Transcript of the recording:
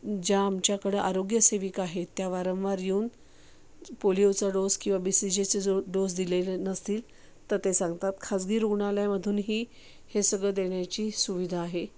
ज्या आमच्याकडे आरोग्यसेविका आहेत त्या वारंवार येऊन पोलिओचा डोस किंवा सी जीचा जो डोस दिलेले नसतील तर ते सांगतात खाजगी रुग्णालयमधूनही हे सगळं देण्याची सुविधा आहे